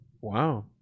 Wow